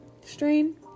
strain